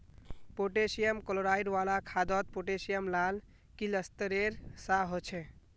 potassium chloride वाला खादोत potassium लाल क्लिस्तेरेर सा होछे